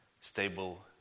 stable